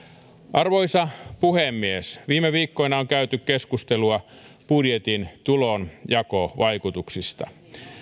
arvoisa puhemies viime viikkoina on käyty keskustelua budjetin tulonjakovaikutuksista